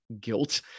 guilt